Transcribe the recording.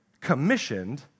commissioned